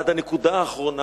עד הנקודה האחרונה,